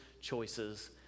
choices